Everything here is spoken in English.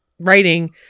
writing